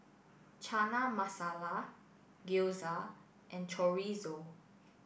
Chana Masala Gyoza and Chorizo